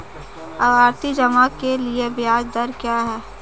आवर्ती जमा के लिए ब्याज दर क्या है?